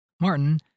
Martin